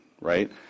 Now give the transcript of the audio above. Right